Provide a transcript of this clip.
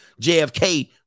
JFK